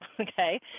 Okay